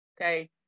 Okay